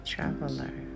Traveler